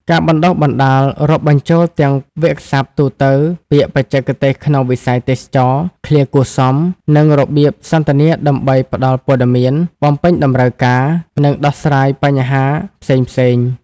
ការបណ្តុះបណ្តាលរាប់បញ្ចូលទាំងវាក្យសព្ទទូទៅ ពាក្យបច្ចេកទេសក្នុងវិស័យទេសចរណ៍ ឃ្លាគួរសម និងរបៀបសន្ទនាដើម្បីផ្តល់ព័ត៌មាន បំពេញតម្រូវការ និងដោះស្រាយបញ្ហាផ្សេងៗ។